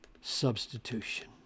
substitution